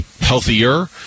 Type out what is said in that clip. healthier